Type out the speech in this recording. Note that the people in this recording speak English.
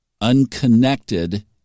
unconnected